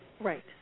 Right